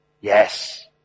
Yes